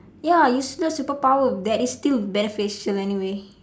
ya useless superpower that is still beneficial anyway